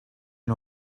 you